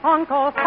Uncle